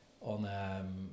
on